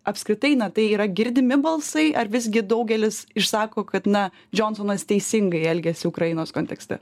apskritai na tai yra girdimi balsai ar visgi daugelis išsako kad na džionsonas teisingai elgiasi ukrainos kontekste